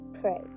pray